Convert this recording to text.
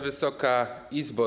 Wysoka Izbo!